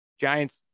Giants –